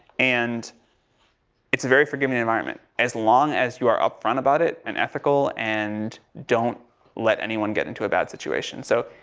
and it's a very forgiving environment. as long as you are upfront about it, and ethical, and don't let anyone get into a bad situation. so,